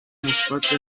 مثبت